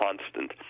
constant